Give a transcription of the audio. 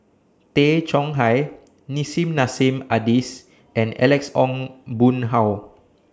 Tay Chong Hai Nissim Nassim Adis and Alex Ong Boon Hau